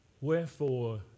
Wherefore